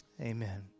amen